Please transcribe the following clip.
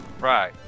Right